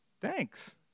thanks